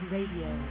Radio